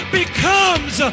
becomes